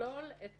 תכלול את